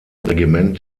regiment